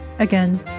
Again